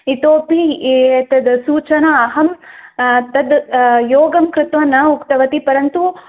इतोपि एतद् सूचना अहं तद् योगं कृत्वा न उक्तवती परन्तु